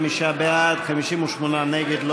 55 בעד, 58 נגד.